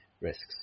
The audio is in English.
risks